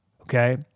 Okay